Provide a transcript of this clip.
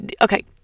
okay